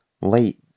...late